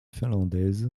finlandaise